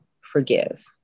forgive